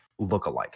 lookalike